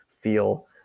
feel